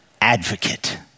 advocate